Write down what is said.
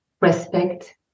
respect